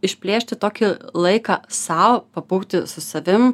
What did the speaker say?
išplėšti tokį laiką sau pabūti su savim